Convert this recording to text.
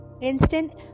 Instant